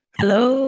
Hello